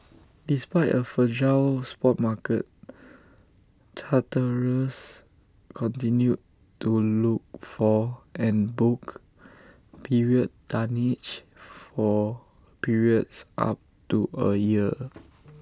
despite A fragile spot market charterers continued to look for and book period tonnage for periods up to A year